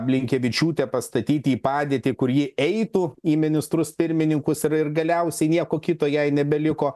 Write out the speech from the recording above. blinkevičiūtę pastatyti į padėtį kur ji eitų į ministrus pirmininkus ir ir galiausiai nieko kito jai nebeliko